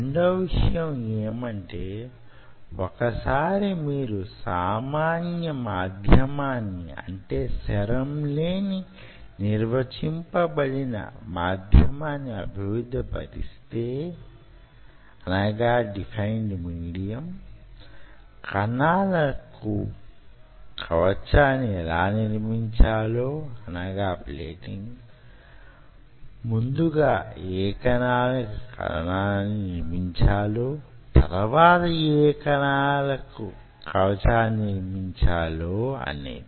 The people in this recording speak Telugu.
రెండవ విషయం యేమంటే వొక సారి మీరు సామాన్య మాధ్యమాన్ని అంటే సెరమ్ లేని నిర్వచించబడిన మాధ్యమాన్ని అభివృద్ధిపరిస్తే కణాలకు కవచాన్ని ఎలా నిర్మించాలో ముందుగా యే కణాలకు కవచాన్ని నిర్మించాలో తరువాత యే కణాలకు కవచాన్ని నిర్మించాలో అనేది